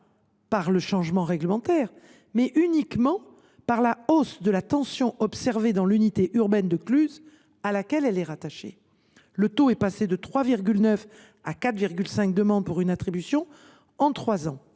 par le changement réglementaire, mais uniquement par la hausse de la tension observée dans l’unité urbaine de Cluses, à laquelle elle est rattachée. Le taux est passé de 3,9 à 4,5 demandes pour une attribution en trois ans.